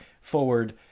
forward